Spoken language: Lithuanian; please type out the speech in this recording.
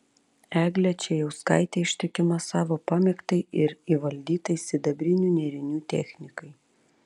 eglė čėjauskaitė ištikima savo pamėgtai ir įvaldytai sidabrinių nėrinių technikai